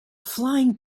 flying